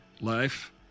life